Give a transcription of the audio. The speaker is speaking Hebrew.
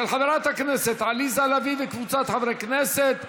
של חברת הכנסת עליזה לביא וקבוצת חברי הכנסת.